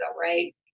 right